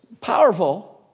Powerful